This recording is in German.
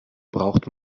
braucht